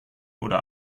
oder